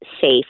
safe